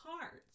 cards